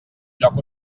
lloc